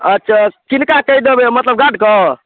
अच्छा किनका कहि देबै मतलब गार्ड कऽ